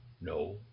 no